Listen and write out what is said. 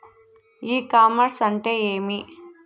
ఇ commerce అంటే ఏమి?